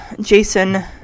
Jason